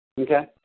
Okay